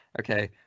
okay